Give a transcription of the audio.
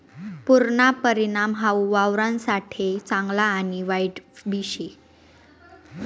पुरना परिणाम हाऊ वावरससाठे चांगला आणि वाईटबी शे